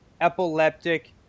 epileptic